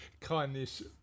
Kindness